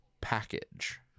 package